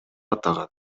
атаган